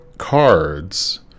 cards